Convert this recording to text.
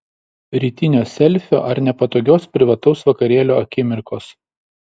rytinio selfio ar nepatogios privataus vakarėlio akimirkos